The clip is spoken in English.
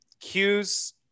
Cues